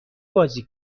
بازی